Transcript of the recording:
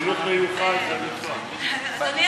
אדוני